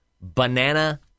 Banana